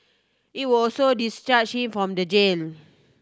it would also discharge from the